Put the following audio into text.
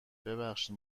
ببخشید